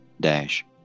dash